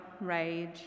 rage